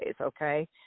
Okay